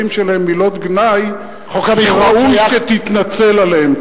שלהם מילות גנאי שמן הראוי שתתנצל עליהן.